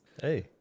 Hey